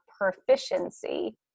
proficiency